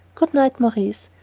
good night, maurice.